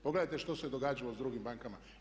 Pogledajte što se događalo s drugim bankama.